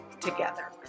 together